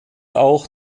auch